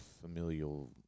familial